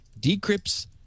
decrypts